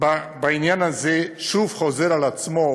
בעניין הזה שוב חוזרת על עצמה,